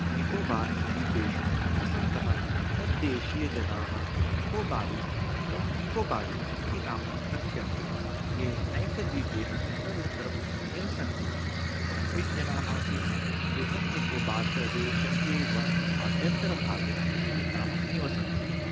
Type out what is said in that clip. निकोबार् द्वीपेषु निवसन्तः तद्देशीयजनाः निकोबारीस् अथवा निकोबारी इति नाम्ना कथ्यन्ते ये नैकद्वीपेषु सविस्तरं निवसन्ति च शोम्पेन् जनाः तु बृहत् निकोबार् प्रदेशस्यैव आभ्यन्तरभागे सीमिताः निवसन्ति